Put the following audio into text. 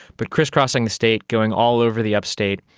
but criss-crossing the state, going all over the upstate,